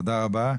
תודה רבה.